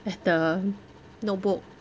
at the notebook